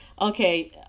okay